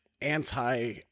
anti